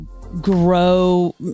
grow